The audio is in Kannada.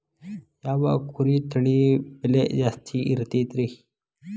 ಯಾವ ಕುರಿ ತಳಿ ಬೆಲೆ ಜಾಸ್ತಿ ಇರತೈತ್ರಿ?